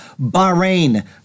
Bahrain